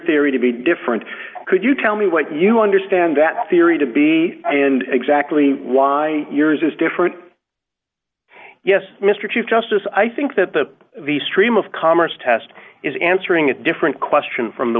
theory to be different could you tell me what you understand that theory to be and exactly why yours is different yes mr chief justice i think that the the stream of commerce test is answering a different question from the